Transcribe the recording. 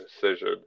decision